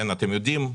אתם יודעים,